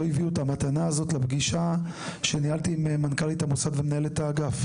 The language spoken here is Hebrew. הביאו את המתנה הזאת לפגישה שניהלתי עם מנכ"לית המוסד ומנהלת האגף.